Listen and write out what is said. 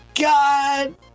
God